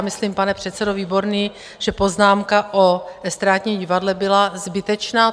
Myslím, pane předsedo Výborný, že poznámka o estrádním divadle byla zbytečná.